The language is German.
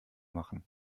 machen